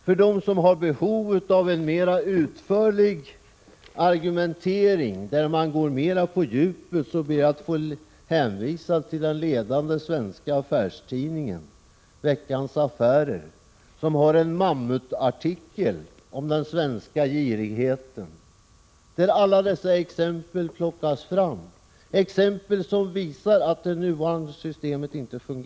För dem som har behov av en utförlig argumentering, där man går mera på djupet, vill jag hänvisa till den ledande svenska affärstidningen, Veckans Affärer, som har en mammutartikel om den svenska girigheten. Där plockar man fram alla dessa exempel som visar att det nuvarande systemet inte = Prot.